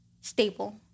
stable